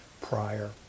prior